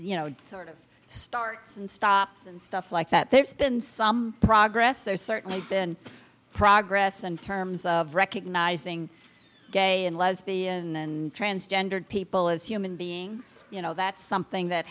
you know sort of starts and stops and stuff like that there's been some progress there's certainly been progress in terms of recognizing gay and lesbian and transgendered people as human beings you know that's something that